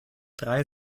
drei